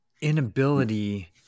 inability